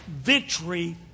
victory